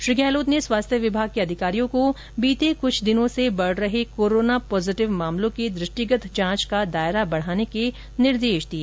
श्री गहलोत ने स्वास्थ्य विभाग के अधिकारियों को बीते कृछ दिनों से बढ़ रहे कोरोना पॉजिटिव मामलों के दृष्टिगत जांच का दायरा बढ़ाने के निर्देश दिए